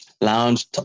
lounge